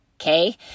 Okay